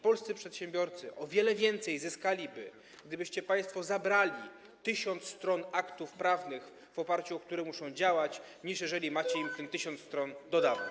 Polscy przedsiębiorcy o wiele więcej zyskaliby, gdybyście państwo zabrali 1 tys. stron aktów prawnych, w oparciu o które muszą działać, niż jeżeli macie im 1 tys. stron dodać.